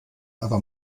aber